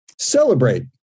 Celebrate